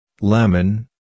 lemon